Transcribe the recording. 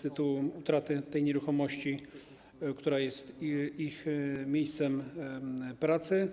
tytułu utraty tej nieruchomości, która jest ich miejscem pracy.